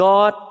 God